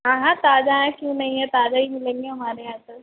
हाँ हाँ ताज़ा हैं क्यों नहीं है ताज़ा ही मिलेंगे हमारे यहाँ तो